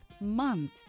month